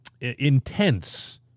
intense